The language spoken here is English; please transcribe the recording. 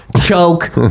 choke